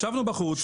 ישבנו בחוץ,